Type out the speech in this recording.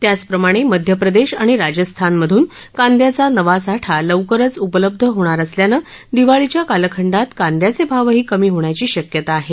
त्याचप्रमाणे मध्यप्रदेश आणि राजस्थानमधून कांदयाचा नवा साठा लवकरच उपलब्ध होणार असल्यानं दिवाळीच्या कालखंडात कांदयाचे भावही कमी होण्याची शक्यता आहे